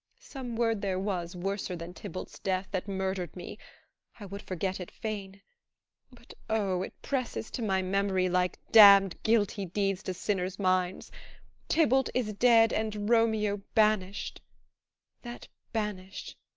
some word there was, worser than tybalt's death, that murder'd me i would forget it fain but o, it presses to my memory like damned guilty deeds to sinners' minds tybalt is dead, and romeo banished that banished,